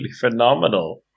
phenomenal